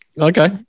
Okay